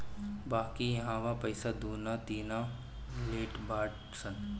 बाकी इहवा पईसा दूना तिना लेट बाटे सन